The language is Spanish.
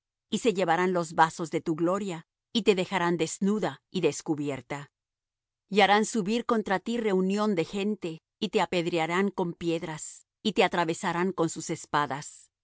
y se llevarán los vasos de tu gloria y te dejarán desnuda y descubierta y harán subir contra ti reunión de gente y te apedrearán con piedras y te atravesarán con sus espadas